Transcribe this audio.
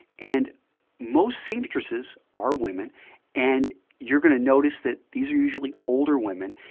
and most seamstresses are women and you're going to notice that these are usually older women.